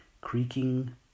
creaking